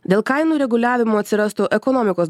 dėl kainų reguliavimo atsirastų ekonomikos